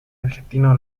argentino